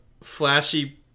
flashy